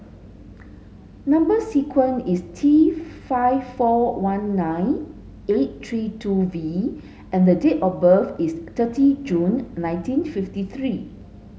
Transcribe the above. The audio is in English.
number sequence is T five four one nine eight three two V and date of birth is thirty June nineteen fifty three